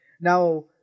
Now